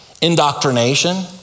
Indoctrination